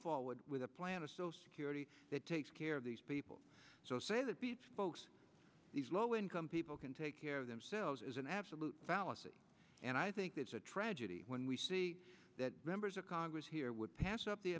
forward with a plan to so security that takes care of these people so say that folks these low income people can take care of themselves is an absolute fallacy and i think it's a tragedy when we see that members of congress here would pass up the